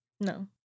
No